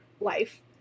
life